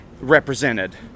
represented